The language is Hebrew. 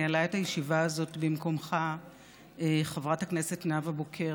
ניהלה את הישיבה הזאת במקומך חברת הכנסת נאוה בוקר.